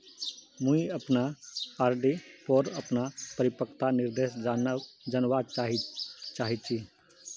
मुई अपना आर.डी पोर अपना परिपक्वता निर्देश जानवा चहची